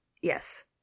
Yes